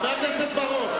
חבר הכנסת בר-און.